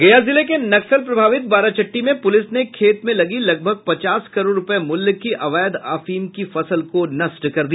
गया जिले के नक्सल प्रभावित बाराचट्टी में पुलिस ने खेत में लगी लगभग पचास करोड़ रूपये मूल्य की अवैध अफीम की फसल को नष्ट कर दिया